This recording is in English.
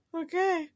okay